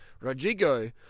Rodrigo